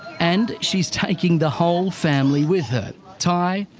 and she's taking the whole family with her ty,